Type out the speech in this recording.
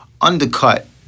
undercut